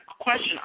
question